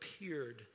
appeared